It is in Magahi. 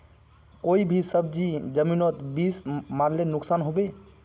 कोई भी सब्जी जमिनोत बीस मरले नुकसान होबे?